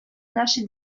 нашей